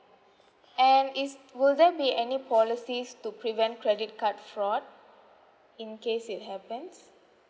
and is will there be any policies to prevent credit card fraud in case it happens